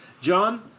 John